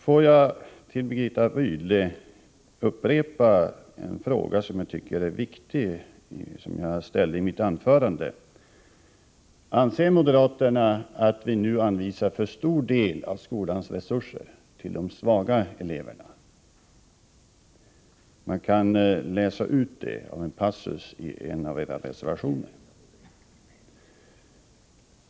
Låt mig sedan till Birgitta Rydle upprepa en fråga som jag ställde i mitt anförande och som jag tycker är viktig: Anser moderaterna att vi nu anvisar för stor del av skolans resurser till de svaga eleverna? Man kan läsa ut det av , en passus i en av era reservationer.